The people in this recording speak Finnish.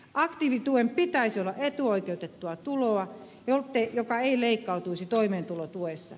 aktiivituen pitäisi olla etuoikeutettua tuloa joka ei leikkautuisi toimeentulotuessa